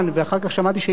ואחר כך שמעתי שעיריות,